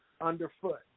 underfoot